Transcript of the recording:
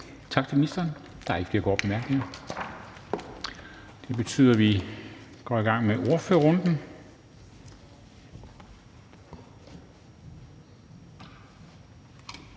Tak til ministeren. Der er ikke flere korte bemærkninger. Det betyder, at vi går i gang med ordførerrunden.